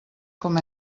com